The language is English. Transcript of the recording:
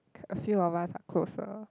a few of us are closer